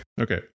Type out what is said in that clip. Okay